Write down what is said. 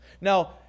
Now